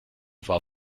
war